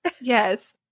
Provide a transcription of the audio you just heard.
Yes